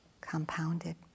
compounded